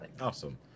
awesome